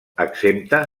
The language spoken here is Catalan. exempta